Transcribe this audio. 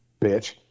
Bitch